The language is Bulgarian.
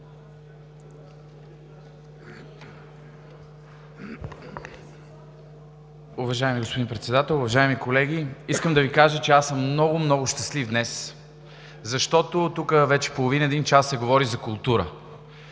Уважаеми господин Председател, уважаеми колеги! Искам да Ви кажа, че аз съм много, много щастлив днес, защото тук вече половин-един час се говори за култура.